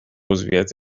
عضویت